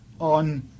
on